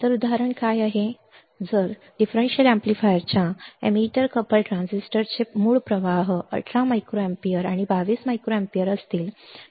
तर जर डिफरेन्शियल एम्पलीफायरच्या एमिटर कपल ट्रान्झिस्टरचे मूळ प्रवाह 18 मायक्रोअँपिअर आणि 22 मायक्रोअँपिअर असतील